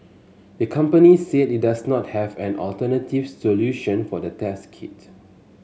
the company said it does not have an alternative solution for the test kit